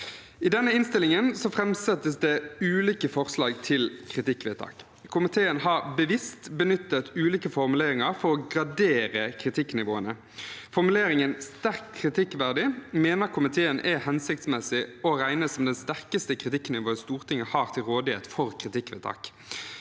I denne innstillingen framsettes det ulike forslag til kritikkvedtak. Komiteen har bevisst benyttet ulike formuleringer for å gradere kritikknivåene. Formuleringen «sterkt kritikkverdig» mener komiteen er hensiktsmessig å regne som det sterkeste kritikknivået Stortinget har til rådighet for kritikkvedtak.